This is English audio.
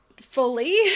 fully